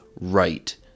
right